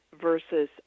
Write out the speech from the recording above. versus